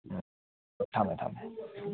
ꯎꯝ ꯊꯝꯃꯦ ꯊꯝꯃꯦ